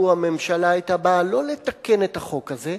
לו הממשלה היתה באה לא לתקן את החוק הזה,